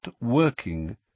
working